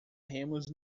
remos